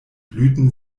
blüten